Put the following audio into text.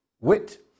wit